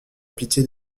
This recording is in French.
pitié